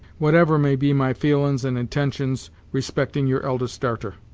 whatever may be my feelin's and intentions respecting your eldest darter.